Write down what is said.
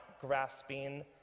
grasping